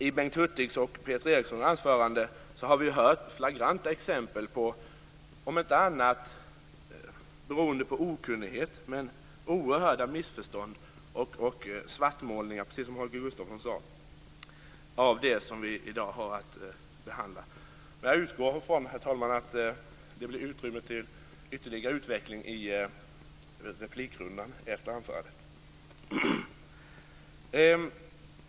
I Bengt Hurtigs och Peter Erikssons anföranden har vi, precis som Holger Gustafsson sade, hört flagranta exempel på oerhörda missförstånd och svartmålningar av det som vi i dag har att behandla, som om inte annat kommer sig av okunnighet. Jag utgår, herr talman, från att det kommer att finnas utrymme för ytterligare utveckling av detta i en replikrunda efter mitt anförande.